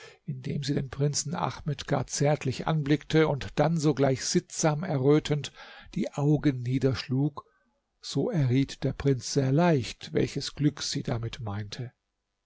indem sie den prinzen ahmed gar zärtlich anblickte und dann sogleich sittsam errötend die augen niederschlug so erriet der prinz sehr leicht welches glück sie damit meinte